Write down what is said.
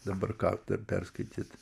dabar ką dar perskaityt